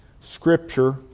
scripture